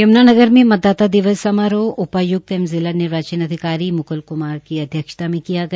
यम्नागर में मतदाता दिवस समारोह उपाय्क्त एवं जिला निर्वाचन अधिकारी मुक्ल क्मार की अध्यक्षता में किया गया